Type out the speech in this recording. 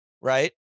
right